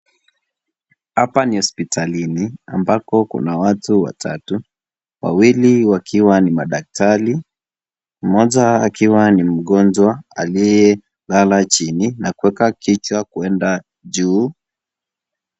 Hapa ni hospitalini ambako kuna watu watatu wawili wakiwa ni madaktari, mmoja akiwa ni mgonjwa aliyelala chini na kuweka kichwa kwenda juu.